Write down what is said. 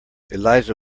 eliza